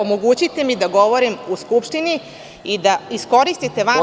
Omogućite mi da govorim u Skupštini i da iskoristite vaše…